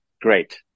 Great